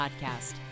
podcast